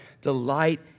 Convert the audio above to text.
delight